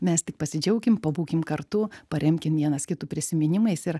mes tik pasidžiaukim pabūkim kartu paremkim vienas kitų prisiminimais ir